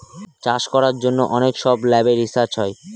চাষ করার জন্য অনেক সব ল্যাবে রিসার্চ হয়